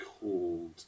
called